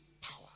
power